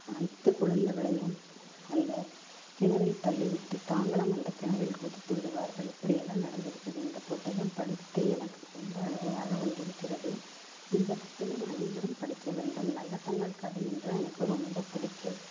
அனைத்து குழந்தைகளையும் அந்த கிணற்றில் தள்ளிவிட்டு தாங்களும் அந்த கிணற்றில் குதித்து விடுவார்கள் இப்படியெல்லாம் நடந்திருக்குது இந்தப் புத்தகம் படித்து எனக்கு ரொம்ப அழுகையாக வந்திருக்கிறது இந்த புத்தகம் அனைவரும் படிக்க வேண்டும் நல்லதங்காள் கதை என்றால் எனக்கு ரொம்ப பிடிக்கும்